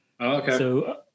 Okay